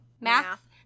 math